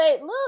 look